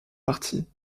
partie